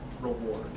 reward